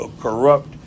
corrupt